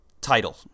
title